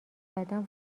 بعدا